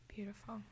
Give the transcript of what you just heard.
beautiful